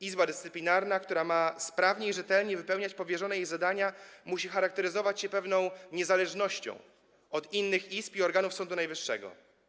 Izba Dyscyplinarna, która ma sprawnie i rzetelnie wypełniać powierzone jej zadania, musi charakteryzować się pewną niezależnością od innych izb i organów Sądu Najwyższego.